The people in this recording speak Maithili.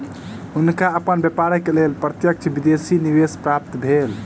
हुनका अपन व्यापारक लेल प्रत्यक्ष विदेशी निवेश प्राप्त भेल